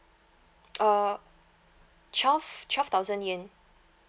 uh twelve twelve thousand yen